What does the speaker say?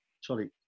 sorry